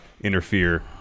interfere